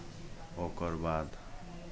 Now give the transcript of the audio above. ओकर बाद